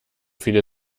viele